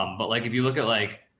um but like, if you look at like,